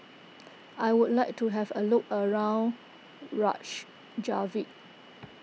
I would like to have a look around Reykjavik